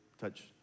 touch